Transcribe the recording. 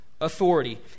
authority